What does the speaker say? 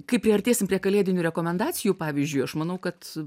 kai priartėsim prie kalėdinių rekomendacijų pavyzdžiui aš manau kad